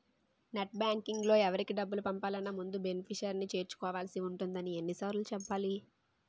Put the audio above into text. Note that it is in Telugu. నెట్ బాంకింగ్లో ఎవరికి డబ్బులు పంపాలన్నా ముందు బెనిఫిషరీని చేర్చుకోవాల్సి ఉంటుందని ఎన్ని సార్లు చెప్పాలి